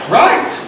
right